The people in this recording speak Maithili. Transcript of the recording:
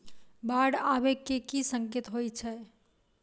बाढ़ आबै केँ की संकेत होइ छै?